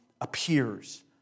appears